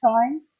time